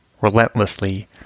Relentlessly